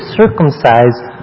circumcised